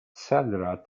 cellular